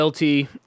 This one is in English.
LT